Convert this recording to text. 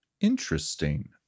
Interesting